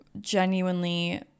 genuinely